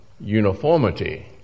uniformity